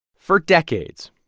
for decades,